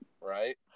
right